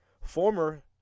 former